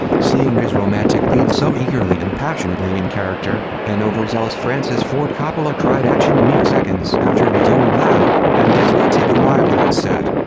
seeing his romantic leads so eagerly and passionately in-character, an overzealous francis ford coppola cried action mere seconds after but his own loud, and disruptive arrival on set.